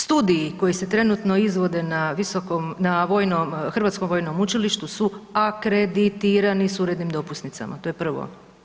Studiji koji se trenutno izvode na visokom, na vojnom, Hrvatskom vojnom učilištu su akreditirani s urednim dopusnicama, to je prvo.